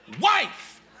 wife